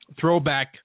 throwback